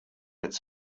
its